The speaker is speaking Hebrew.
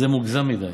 זה מוגזם מדי.